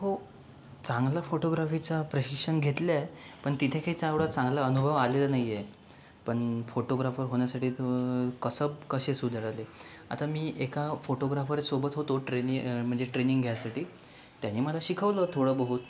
हो चांगला फोटोग्राफीचं प्रशिक्षण घेतले आहे पण तिथे काही एवढा चांगला अनुभव आलेला नाही आहे पण फोटोग्राफर होण्यासाठी कसं कशी सुरुवात झाली आता मी एका फोटोग्राफरसोबत होतो ट्रेनी म्हणजे ट्रेनिंग घ्यायसाठी त्यांनी मला शिकवलं थोडंबहुत